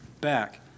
back